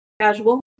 casual